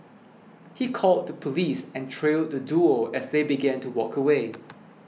he called the police and trailed the duo as they began to walk away